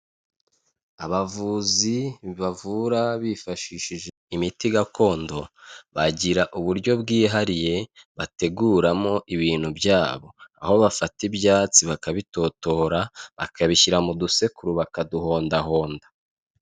Abavuzi bavura bifashishije imiti gakondo, bagira uburyo bwihariye bateguramo ibintu byabo, aho bafata ibyatsi bakabitotora bakabishyira mu dusekuru bakaduhondahonda.